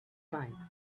find